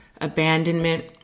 abandonment